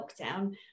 Lockdown